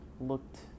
looked